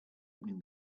opening